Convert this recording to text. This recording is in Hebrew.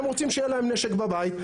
הם רוצים שיהיה להם נשק בבית,